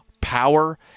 power